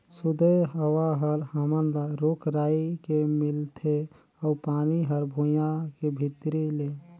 सुदय हवा हर हमन ल रूख राई के मिलथे अउ पानी हर भुइयां के भीतरी ले